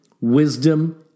wisdom